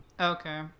Okay